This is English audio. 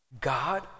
God